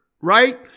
right